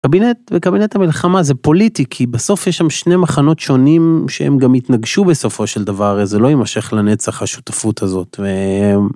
קבינט וקבינט המלחמה זה פוליטי, כי בסוף יש שם שני מחנות שונים שהם גם יתנגשו בסופו של דבר, זה לא יימשך לנצח השותפות הזאת.